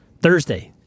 Thursday